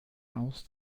aus